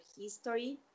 history